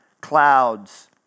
clouds